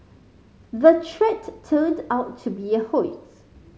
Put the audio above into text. the threat turned out to be a hoax